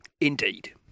Indeed